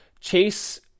Chase